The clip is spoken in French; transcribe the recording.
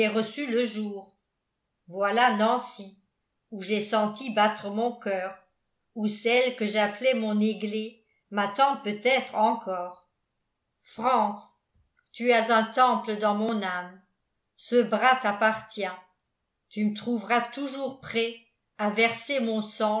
reçu le jour voilà nancy où j'ai senti battre mon coeur où celle que j'appelais mon églé m'attend peut-être encore france tu as un temple dans mon âme ce bras t'appartient tu me trouveras toujours prêt à verser mon sang